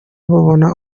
babona